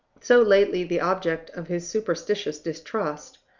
so lately the object of his superstitious distrust,